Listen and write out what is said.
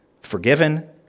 forgiven